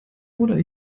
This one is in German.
oder